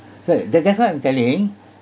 so that that's why I'm telling